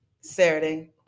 Saturday